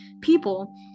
people